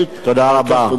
תודה רבה, אדוני.